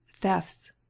thefts